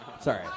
sorry